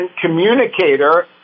communicator